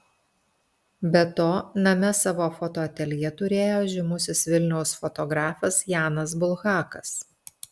be to name savo fotoateljė turėjo žymusis vilniaus fotografas janas bulhakas